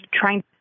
trying